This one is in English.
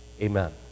Amen